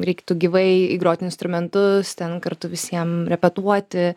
reiktų gyvai įgrot instrumentus ten kartu visiem repetuoti